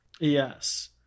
yes